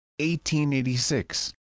1886